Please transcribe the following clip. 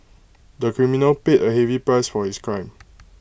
the criminal paid A heavy price for his crime